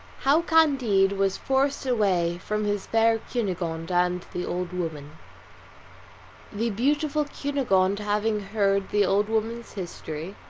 how candide was forced away from his fair cunegonde and the old woman the beautiful cunegonde having heard the old woman's history,